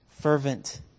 fervent